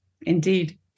indeed